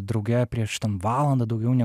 drauge prieš ten valandą daugiau ne